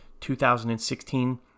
2016